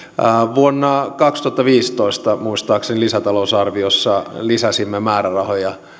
vuonna kaksituhattaviisitoista muistaakseni lisätalousarviossa lisäsimme määrärahoja